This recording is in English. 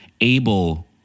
able